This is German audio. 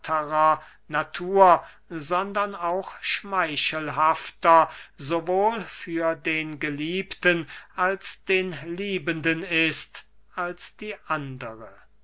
natur sondern auch schmeichelhafter sowohl für den geliebten als den liebenden ist als die andere